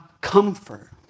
comfort